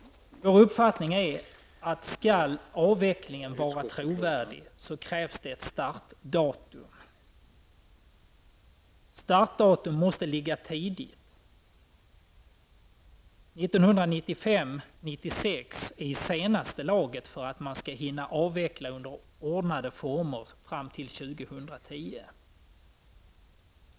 Vår uppfattning är att för att talet om avvecklingen skall vara trovärdigt krävs ett startdatum. Startdatum måste ligga tidigt, 1995 eller 1996 är i det senaste laget för att man skall hinna avveckla under ordnade former till 2010.